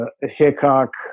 Hickok